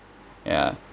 ya